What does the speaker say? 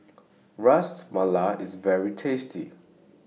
Ras Malai IS very tasty